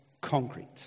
concrete